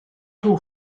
two